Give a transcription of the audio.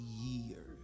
years